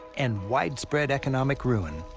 and widespread economic ruin,